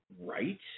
right